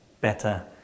better